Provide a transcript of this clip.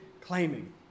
claiming